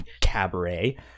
Cabaret